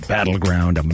Battleground